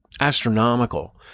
astronomical